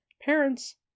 parents